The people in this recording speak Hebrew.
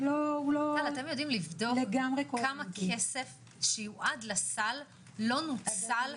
לא- - אתם יודעים לבדוק כמה כסף שיועד לסל לא נוצל?